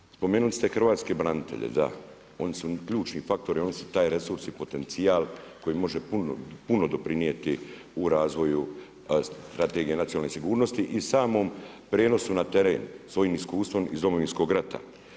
Međutim, spomenuli ste hrvatske branitelje, da oni su ključni faktori, oni su taj resurs i potencijal koji može puno doprinijeti u razvoju strategiju nacionalne sigurnosti i samom prijenosu na teren svojim iskustvom iz Domovinskog rata.